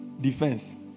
defense